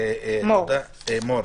מור,